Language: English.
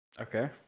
Okay